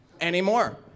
anymore